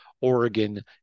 Oregon